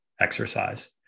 exercise